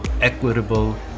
equitable